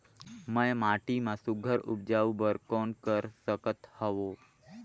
मैं माटी मा सुघ्घर उपजाऊ बर कौन कर सकत हवो?